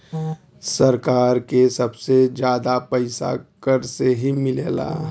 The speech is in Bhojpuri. सरकार के सबसे जादा पइसा कर से ही मिलला